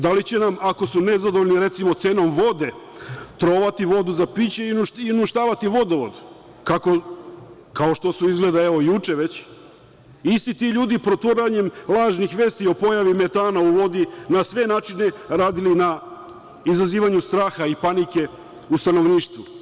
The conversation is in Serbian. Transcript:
Da li će nam ako su nezadovoljni, recimo, cenom vode, trovati vodu za piće i uništavati vodovod, kao što su izgleda, evo, juče već isti ti ljudi, proturanjem lažnih vesti o pojavi metana u vodi, na sve načini radili na izazivanju straha i panike u stanovništvu?